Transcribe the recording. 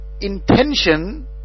intention